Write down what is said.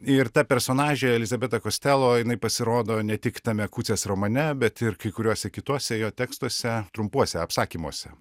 ir ta personažė elizabeta kostelo jinai pasirodo ne tik tame kucias romane bet ir kai kuriuose kituose jo tekstuose trumpuose apsakymuose